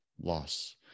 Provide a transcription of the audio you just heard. loss